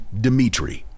Dimitri